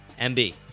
MB